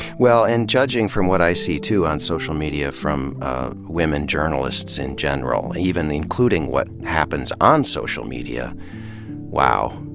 well, and judging from what i see too on social media from women journalists in general even including what happens on social media wow,